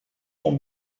sont